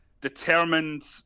determined